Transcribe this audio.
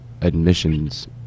admissions